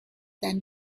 than